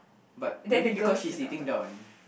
but maybe because she is sitting down